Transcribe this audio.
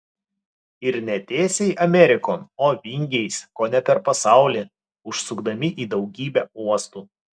ir ne tiesiai amerikon o vingiais kone per pasaulį užsukdami į daugybę uostų